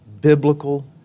biblical